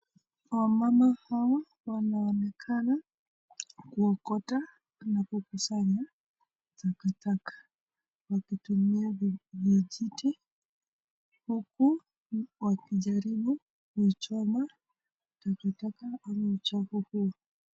Wamama hawa wanaonekana kuokota na kukusanya taka taka ,wakitumia vijiti huku wakijaribu kuichoma taka taka ama uchafu huo.